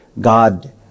God